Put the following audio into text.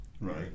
right